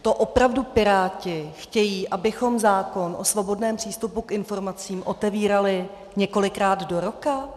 To opravdu Piráti chtějí, abychom zákon o svobodném přístupu k informacím otevírali několikrát do roka?